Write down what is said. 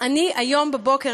אני היום בבוקר,